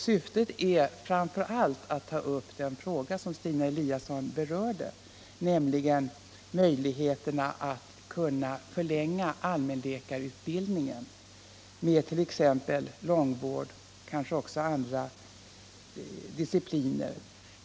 Syftet är framför allt att ta upp den fråga som Stina Eliasson berörde, nämligen möjligheterna att öka allmänläkarutbildningen med t.ex. långvård, kanske också andra discipliner.